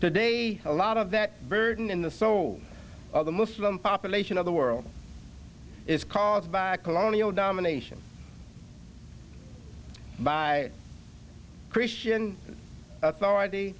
today a lot of that burden in the soul of the muslim population of the world is caused by a colonial domination by christian authority